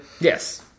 Yes